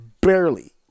barely